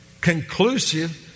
conclusive